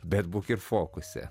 bet būk ir fokuse